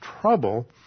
trouble